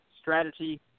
strategy